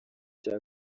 cya